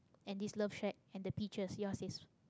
and this love shack and the peaches yours is